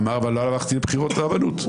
הוא אמר: אבל לא הלכתי לבחינות לרבנות.